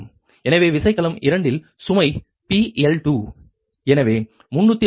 எனவே விசைக்கலம் 2 இல் சுமை PL2 எனவே 305